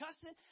cussing